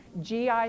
GI